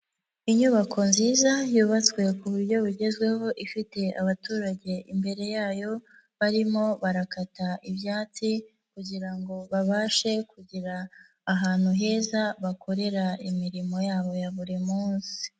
Inyubako nziza yubatswe ku buryo bugezweho, ifite abaturage imbere yayo, barimo barakata ibyatsi kugirango ngo babashe kugera ahantu heza bakorera imirimo yabo ya buri munsi.